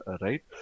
right